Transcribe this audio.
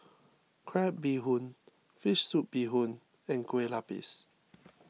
Crab Bee Hoon Fish Soup Bee Hoon and Kueh Lapis